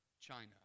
China